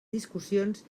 discussions